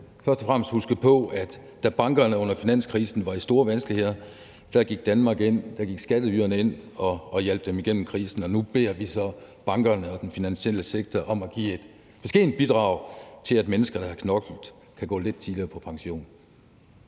først og fremmest skal huske på, at da bankerne under finanskrisen var i store vanskeligheder, gik Danmark og skatteyderne ind og hjalp dem igennem krisen. Og nu beder vi så bankerne og den finansielle sektor om at give et beskedent bidrag til, at mennesker, der har knoklet, kan gå lidt tidligere på pension.